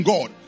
God